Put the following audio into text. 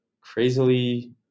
crazily